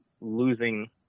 losing